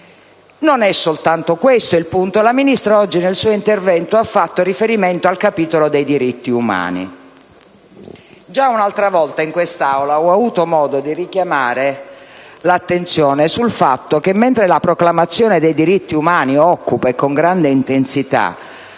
Non è soltanto questo il punto. La Ministra oggi nel suo intervento ha fatto riferimento al capitolo dei diritti umani. Già un'altra volta in quest'Aula ho avuto modo di richiamare l'attenzione sul fatto che, mentre la proclamazione dei diritti umani occupa - e con grande intensità